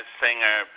singer